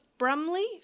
Brumley